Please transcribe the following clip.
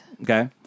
Okay